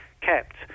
kept